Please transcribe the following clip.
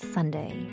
Sunday